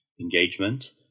engagement